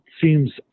seems